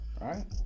Right